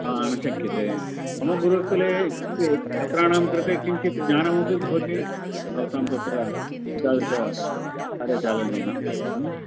न शक्यते मम गुरुक्कुले इति छात्राणां कृते किञ्चित् ज्ञानमपि भवति भवतां तत्र एतादृश कार्यचालनेन